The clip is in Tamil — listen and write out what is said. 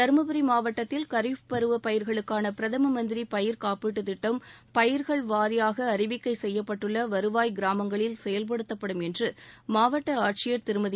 தருமபுரி மாவட்டத்தில் காரிஃப் பருவ பயிர்களுக்கான பிரதம மந்திரி பயிர்க் காப்பீட்டுத் திட்டம் பயிர்கள் வாரியாக அறிவிக்கை செய்யப்பட்டுள்ள வருவாய் கிராமங்களில் செயல்படுத்தப்படும் என்று மாவட்ட ஆட்சியர் திருமதி